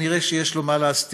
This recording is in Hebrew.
כנראה יש לו מה להסתיר,